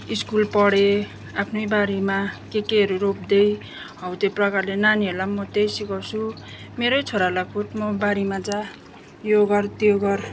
school पढेँ आफ्नै बारीमा के केहरू रोप्दै हौ त्यो प्रकारले नानीहरूलाई पनि म त्यही सिकाउँछु मेरै छोरालाई खुद म बारीमा जा यो गर त्यो गर